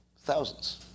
thousands